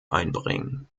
einbringen